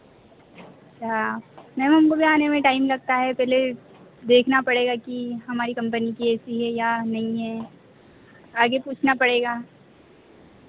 हाँ मैम हमको भी आने में टाइम लगता है पहले देखना पड़ेगा कि हमारी कंपनी की ए सी है या नहीं है आगे पूछना पड़ेगा